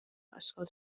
ysgol